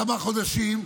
כמה חודשים,